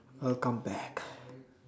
I'll come back